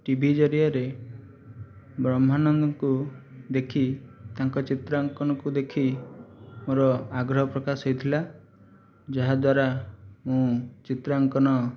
TV ଜରିଆରେ ବ୍ରହ୍ମାନନ୍ଦଙ୍କୁ ଦେଖି ତାଙ୍କ ଚିତ୍ରାଙ୍କନକୁ ଦେଖି ମୋର ଆଗ୍ରହ ପ୍ରକାଶ ହୋଇଥିଲା ଯାହାଦ୍ଵାରା ମୁଁ ଚିତ୍ରାଙ୍କନ